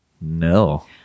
No